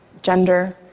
gender,